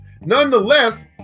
nonetheless